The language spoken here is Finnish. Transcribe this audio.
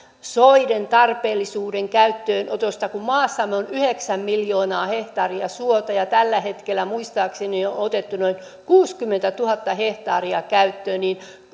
soiden tarpeellisuudesta ja käyttöönotosta kun maassamme on yhdeksän miljoonaa hehtaaria suota ja tällä hetkellä muistaakseni on otettu noin kuusikymmentätuhatta hehtaaria käyttöön niin